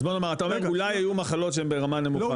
אז בוא נאמר אתה אומר אולי היו מחלות שהן ברמה נמוכה.